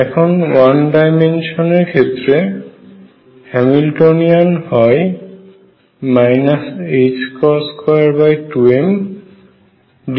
এখন 1 ডাইমেনশন এর ক্ষেত্রে হ্যামিল্টনিয়ান হয় 22md2dx2